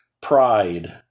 pride